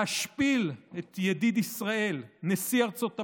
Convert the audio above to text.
להשפיל את ידיד ישראל, נשיא ארצות הברית,